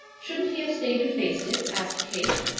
shouldn't he have stayed and faced it? asked kate.